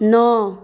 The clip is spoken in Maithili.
नओ